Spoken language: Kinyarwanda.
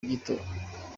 by’itora